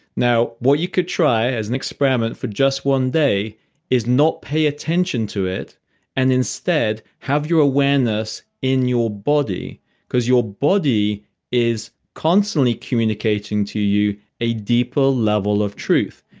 now, what you could try as an experiment for just one day is not pay attention to it and instead have your awareness in your body because your body is constantly communicating to you a deeper level of truth.